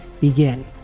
begin